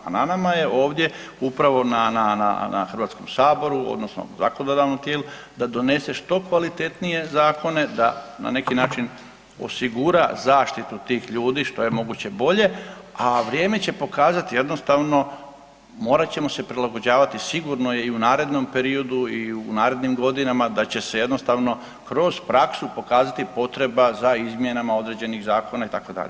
A na nama je ovdje upravo na, na, na Hrvatskom saboru odnosno zakonodavnom tijelu da donese što kvalitetnije zakone da na neki način osigura zaštitu tih ljudi što je moguće bolje, a vrijeme će pokazati jednostavno morat ćemo se prilagođavati sigurno je i u narednom periodu i u narednim godinama da će se jednostavno kroz praksu pokazati potreba za izmjenama određenih zakona itd.